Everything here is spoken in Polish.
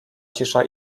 cisza